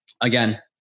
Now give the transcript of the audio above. Again